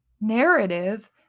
narrative